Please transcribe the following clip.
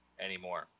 anymore